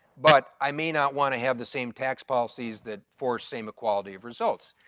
but i may not wanna have the same tax policies that force same quality of results.